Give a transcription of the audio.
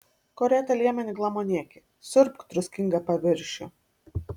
korėtą liemenį glamonėki siurbk druskingą paviršių